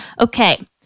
Okay